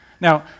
Now